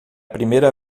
primeira